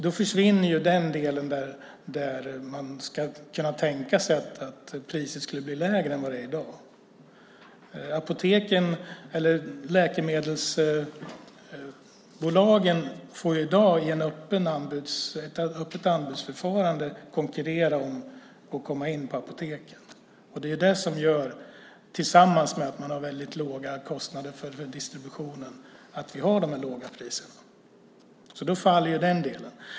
Då försvinner den del där man ska kunna tänka sig att priset skulle bli lägre än vad det är i dag. Läkemedelsbolagen får i dag i ett öppet anbudsförfarande konkurrera om att komma in på apoteken. Det är det tillsammans med att man har väldigt låga kostnader för distributionen som gör att vi har de låga priserna. Då faller den delen.